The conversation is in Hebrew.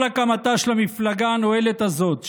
כל הקמתה של המפלגה הנואלת הזאת,